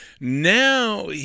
now